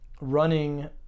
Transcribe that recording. running